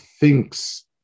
thinks